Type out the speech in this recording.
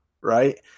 right